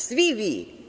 Svi vi.